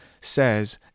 says